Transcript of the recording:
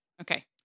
Okay